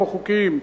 לא חוקיים,